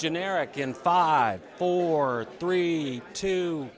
generic in five four three two